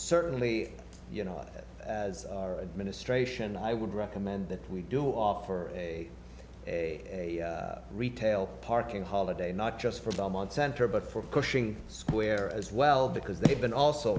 certainly you know as ministration i would recommend that we do offer a retail parking holiday not just for belmont center but for cushing square as well because they've been also